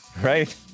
right